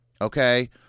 okay